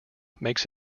makes